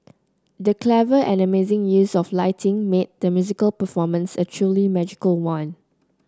the clever and amazing use of lighting made the musical performance a truly magical one